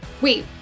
wait